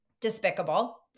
despicable